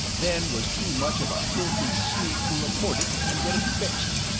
then was too much of a filthy sneak to report it and get it fixed!